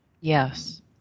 Yes